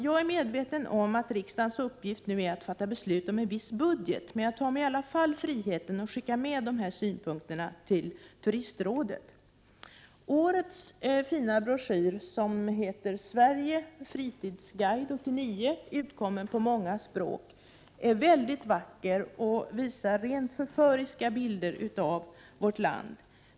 Jag är medveten om att riksdagens uppgift nu är att fatta beslut om en viss budget, jag tar mig dock i alla fall friheten att skicka med dessa synpunkter till turistrådet. Årets fina broschyr heter Sverige Fritidsguide 1989. Den utkommer på många språk och är väldigt vacker och visar rent förföriska bilder från vårt land.